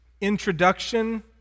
introduction